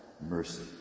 mercy